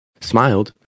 Smiled